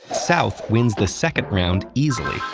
south wins the second round easily,